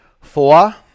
four